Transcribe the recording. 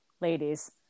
ladies